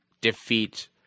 defeat